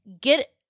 get